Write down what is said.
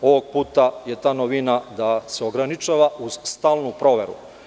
Ovog puta je ta novina da se ograničava uz stalnu proveru.